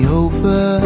over